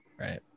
right